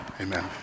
Amen